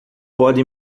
pode